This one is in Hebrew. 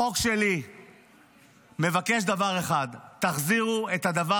החוק שלי מבקש דבר אחד: תחזירו את הדבר